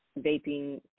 vaping